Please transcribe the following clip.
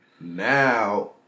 now